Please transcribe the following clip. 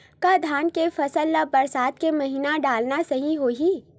का धान के फसल ल बरसात के महिना डालना सही होही?